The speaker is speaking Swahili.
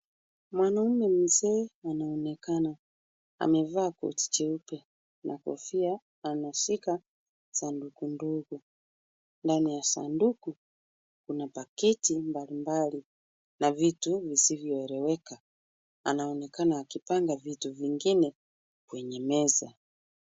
Mwanamume mzee anaonekana, amevaa koti jeupe na kofia, ameshika sanduku ndogo, ndani ya sanduku kuna paketi mbalimbali na vitu visivyoeleweka, anaonekana akipanga vitu vingine kwenye meza.